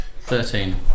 Thirteen